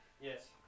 Yes